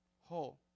whole